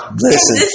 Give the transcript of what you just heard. Listen